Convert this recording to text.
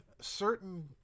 certain